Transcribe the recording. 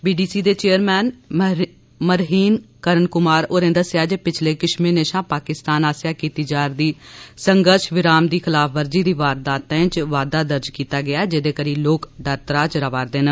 BDC दे chairman मड़ीन करण कुमार होरें दस्सेआ जे पिच्छले किश महीनें थमां पाकिस्तान आसेआ कीती जा'रदी संघर्ष विराम दी खलाफवर्जी दी वारदातें च बाद्दा दर्ज कीता गेआ ऐ जेहदे करी लोक डर त्राह च रवा'रदे न